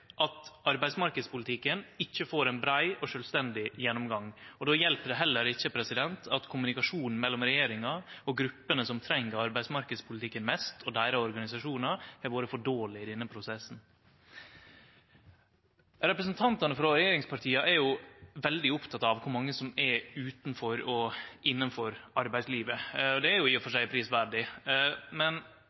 at arbeidsmarknadspolitikken ikkje får ein brei og sjølvstendig gjennomgang, og då hjelper det heller ikkje at kommunikasjonen mellom regjeringa og gruppene som treng arbeidsmarknadspolitikken mest og deira organisasjonar, har vore for dårleg i denne prosessen. Representantane frå regjeringspartia er veldig opptekne av kor mange som er utanfor og innanfor arbeidslivet. Det er i og for seg prisverdig, men